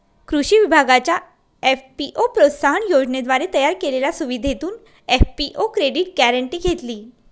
कृषी विभागाच्या एफ.पी.ओ प्रोत्साहन योजनेद्वारे तयार केलेल्या सुविधेतून एफ.पी.ओ क्रेडिट गॅरेंटी घेतली